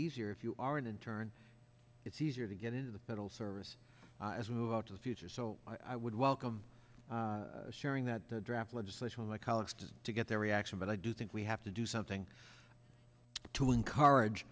easier if you are an intern it's easier to get into the federal service as we move out to the future so i would welcome sharing that draft legislation with my colleagues just to get their reaction but i do think we have to do something to encourage